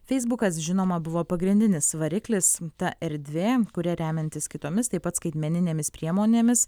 feisbukas žinoma buvo pagrindinis variklis ta erdvė kuria remiantis kitomis taip pat skaitmeninėmis priemonėmis